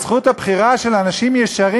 את זכות הבחירה של אנשים ישרים,